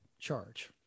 charge